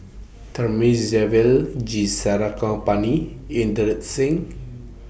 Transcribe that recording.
Thamizhavel G Sarangapani Inderjit Singh